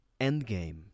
Endgame